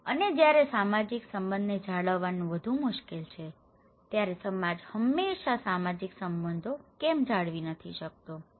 અને જ્યારે સામાજિક સંબંધોને જાળવવાનું વધુ મુશ્કેલ છે ત્યારે સમાજ હંમેશાં સામાજિક સંબંધો કેમ જાળવી શકતો નથી